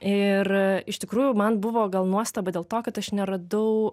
ir iš tikrųjų man buvo gal nuostaba dėl to kad aš neradau